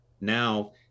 Now